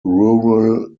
rural